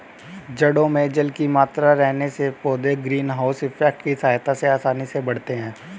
जड़ों में जल की मात्रा रहने से पौधे ग्रीन हाउस इफेक्ट की सहायता से आसानी से बढ़ते हैं